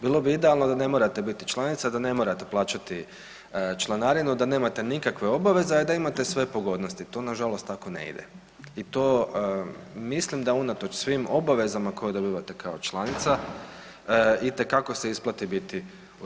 Bilo bi idealno da ne morate biti članica, da ne morate plaćati članarinu, da nemate nikakve obaveze, a i da imate sve pogodnosti, to nažalost tako ne ide i to mislim da unatoč svim obavezama koje dobivate kao članica itekako se biti isplati biti u EU.